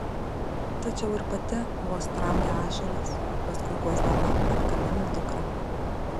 tačiau ir pati vos tramdė ašaras paskui guosdama apkabino dukrą